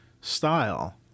style